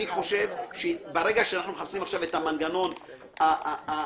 אני חושב שברגע שאנחנו מחפשים עכשיו את המנגנון הנכון